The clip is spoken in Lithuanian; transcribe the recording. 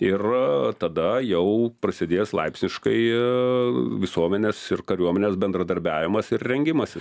ir tada jau prasidės laipsniškai visuomenės ir kariuomenės bendradarbiavimas ir rengimasis